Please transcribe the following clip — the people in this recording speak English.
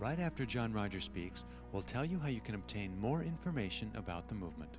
right after john rogers speaks we'll tell you how you can obtain more information about the movement